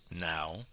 now